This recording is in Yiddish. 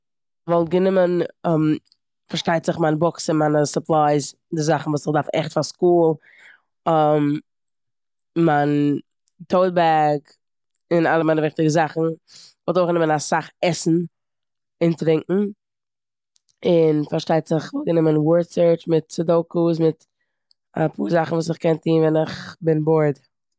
כ'וואלט גענומען פארשטייט זיך מיין בוקס און מיינע סופלייס, די זאכן וואס איך דארף עכט פאר סקול, מיין טאוט בעג און אלע מיינע וויכטיגע זאכן. כ'וואלט אויך גענומען אסאך עסן און טרונקען און פארשטייט זיך כ'וואלט גענומען ווארד סורטש מיט סודוקאס מיט אפאר זאכן וואס כ'קען טון ווען כ'בין בארד.